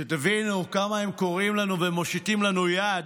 שתבינו כמה הם קוראים לנו ומושיטים לנו יד,